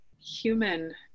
human